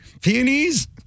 Peonies